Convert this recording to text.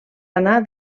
anar